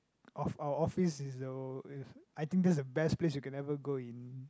of our office is the is I think this is the best place you can ever go in